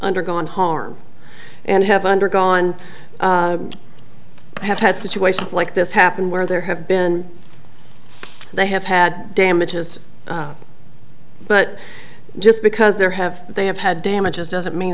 undergone harm and have undergone i have had situations like this happen where there have been they have had damages but just because they're have they have had damages doesn't mean